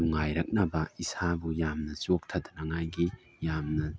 ꯅꯨꯡꯉꯥꯏꯔꯛꯅꯕ ꯏꯁꯥꯕꯨ ꯌꯥꯝꯅ ꯆꯣꯛꯊꯗꯅꯉꯥꯏꯒꯤ ꯌꯥꯝꯅ